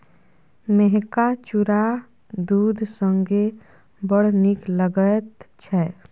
मेहका चुरा दूध संगे बड़ नीक लगैत छै